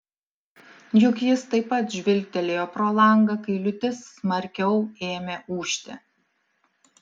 juk jis taip pat žvilgtelėjo pro langą kai liūtis smarkiau ėmė ūžti